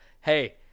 hey